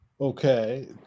Okay